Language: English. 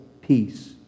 peace